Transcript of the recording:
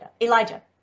Elijah